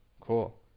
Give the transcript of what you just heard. Cool